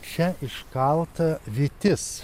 čia iškalta vytis